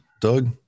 Doug